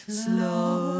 slow